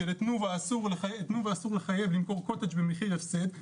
שאת תנובה אסור לחייב למכור קוטג' במחיר הפסד,